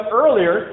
earlier